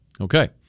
Okay